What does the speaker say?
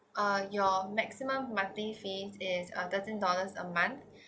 uh your maximum monthly fees is uh thirteen dollars a month